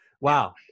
Wow